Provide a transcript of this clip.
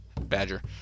Badger